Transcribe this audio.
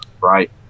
right